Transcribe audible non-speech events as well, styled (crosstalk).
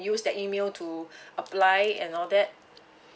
use that email to (breath) apply and all that